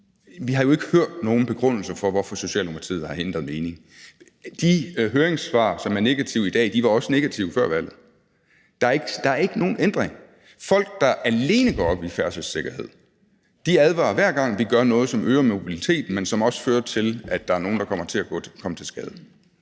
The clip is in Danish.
Vi har jo ikke hørt nogen begrundelse for, at Socialdemokratiet har ændret mening. De høringssvar, som i dag er negative, var også negative før valget. Der er ikke sket nogen ændring. Folk, der alene går op i færdselssikkerhed, advarer, hver gang vi gør noget, som øger mobiliteten, men som også fører til, at der er nogle, der kommer til at komme til skade.